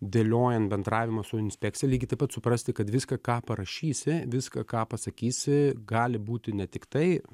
dėliojant bendravimą su inspekcija lygiai taip pat suprasti kad viską ką parašysi viską ką pasakysi gali būti ne tiktai